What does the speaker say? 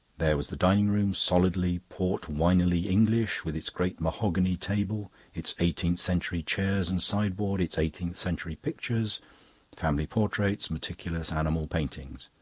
there was the dining-room, solidly, portwinily english, with its great mahogany table, its eighteenth-century chairs and sideboard, its eighteenth-century pictures family portraits, meticulous animal paintings.